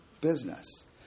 business